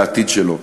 אל העתיד שלו.